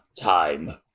time